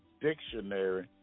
Dictionary